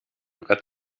brett